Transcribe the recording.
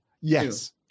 yes